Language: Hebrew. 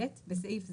בסעיף זה,